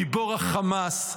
מבור החמאס,